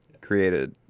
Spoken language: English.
created